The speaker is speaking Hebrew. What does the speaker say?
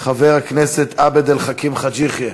חבר הכנסת עבד אל חכים חאג' יחיא,